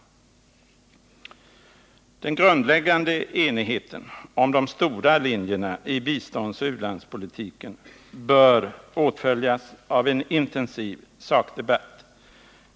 Den grundläggande enigheten om de stora linjerna i biståndsoch u-landspolitiken bör åtföljas av en intensiv sakdebatt.